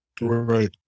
right